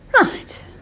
Right